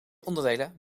onderdelen